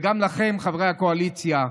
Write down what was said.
וגם לכם, חברי הקואליציה: